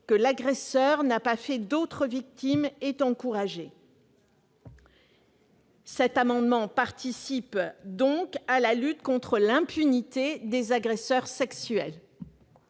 que l'agresseur n'a pas fait d'autres victimes est encouragé. Cet amendement participe donc à la lutte contre l'impunité des agresseurs sexuels.